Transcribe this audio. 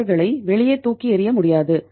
அவர்களை வெளியே தூக்கி எறிய முடியாது